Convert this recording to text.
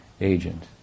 agent